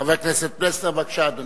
חבר הכנסת יוחנן פלסנר, בבקשה, אדוני.